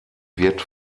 wird